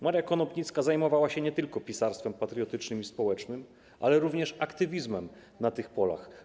Maria Konopnicka zajmowała się nie tylko pisarstwem patriotycznym i społecznym, ale również aktywizmem na tych polach.